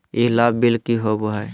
ई लाभ बिल की होबो हैं?